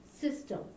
system